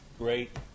Great